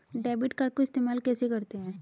Debit card को इस्तेमाल कैसे करते हैं?